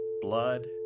blood